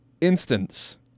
instance